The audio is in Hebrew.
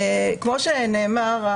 כמו שנאמר,